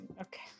Okay